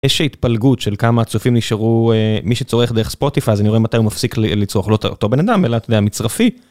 יש התפלגות של כמה צופים נשארו מי שצורך דרך ספוטיפיי אז אני רואה מתי הוא מפסיק לצרוך, לא אותו בן אדם אלא אתה יודע מצרפי.